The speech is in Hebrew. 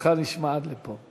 קולך נשמע עד פה.